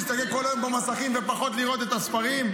להסתכל כל היום במסכים ופחות בספרים?